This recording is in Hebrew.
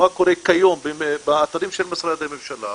מה קורה כיום באתרים של משרדי הממשלה,